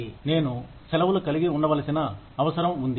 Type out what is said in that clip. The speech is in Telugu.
నేను సెలవులు కలిగి ఉండవలసిన అవసరం ఉంది